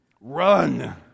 Run